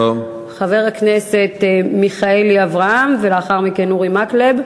חבר הכנסת אברהם מיכאלי, ולאחר מכן אורי מקלב.